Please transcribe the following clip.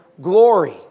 glory